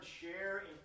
share